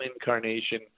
incarnation